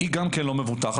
היא גם לא מבוטחת.